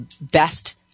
best